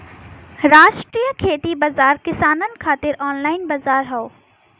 राष्ट्रीय खेती बाजार किसानन खातिर ऑनलाइन बजार हौ